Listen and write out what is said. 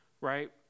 right